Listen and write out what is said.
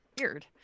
Weird